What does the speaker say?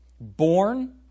born